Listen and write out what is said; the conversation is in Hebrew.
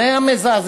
זה היה מזעזע.